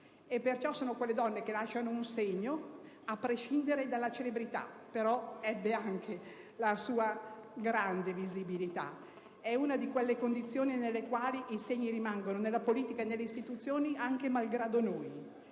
Svevo. Sono quelle donne che lasciano un segno, a prescindere dalla celebrità. Ebbe però anche la sua grande visibilità. È una di quelle condizioni nelle quali i segni rimangono nella politica e nelle istituzioni, anche malgrado noi,